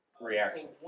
reaction